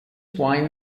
wine